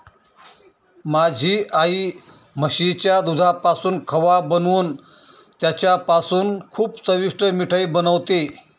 माझी आई म्हशीच्या दुधापासून खवा बनवून त्याच्यापासून खूप चविष्ट मिठाई बनवते